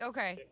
Okay